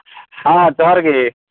ᱦᱮᱸ ᱡᱚᱦᱟᱨᱜᱤ